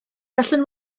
gallwn